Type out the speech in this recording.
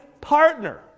partner